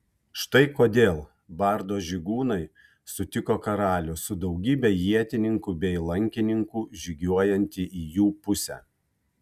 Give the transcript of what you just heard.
štai kodėl bardo žygūnai sutiko karalių su daugybe ietininkų bei lankininkų žygiuojantį į jų pusę